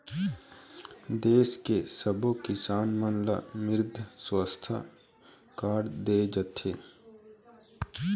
देस के सब्बो किसान मन ल मृदा सुवास्थ कारड दे जाथे